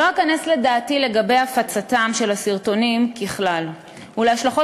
לא אכנס לדעתי על הפצתם של הסרטונים ככלל ולהשלכות